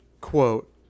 quote